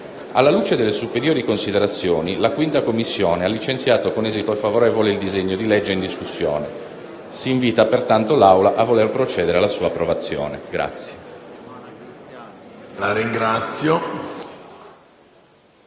Alla luce delle superiori considerazioni, la 5a Commissione ha licenziato con esito favorevole il disegno di legge in discussione. Si invita pertanto l'Assemblea a voler procedere alla sua approvazione.